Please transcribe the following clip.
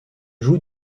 joue